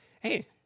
hey